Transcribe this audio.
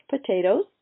potatoes